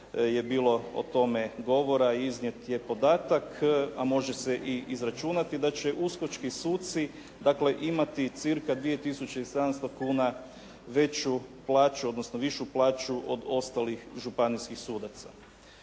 je bilo o tome govora, iznijet je podatak, a može se i izračunati da će USKOK-čki suci dakle imati cca 2 700 kuna veću plaću, odnosno višu plaću od ostalih županijskih sudaca.